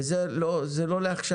זה לא לעכשיו.